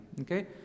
Okay